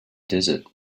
desert